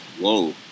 Whoa